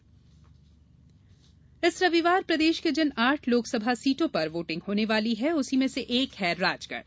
राजगढ़ चुनाव इस रविवार प्रदेश के जिन आठ लोकसस्भा सीटों पर वोटिंग होने वाली है उसी में से एक है राजगढ़